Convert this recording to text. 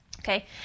Okay